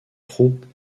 troupes